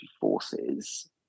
forces